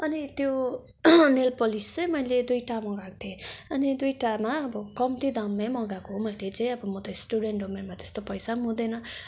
अनि त्यो nail polish चाहिँ मैले दुइटा मगाएको थिएँ अनि दुइटामा अब कम्ती दाममै मगाएको हो मैले चाहिँ म त स्टुडेन्ट हो मेरोमा त्यस्तो पैसा पनि हुँदैन